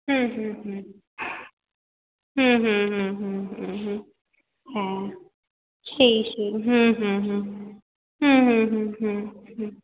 হুম হুম হুম হুম হুম হুম হুম হুম হ্যাঁ সেই সেই হুম হুম হুম হুম হুম হুম হুম হুম হুম